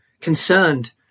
concerned